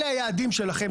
אלה היעדים שלכם,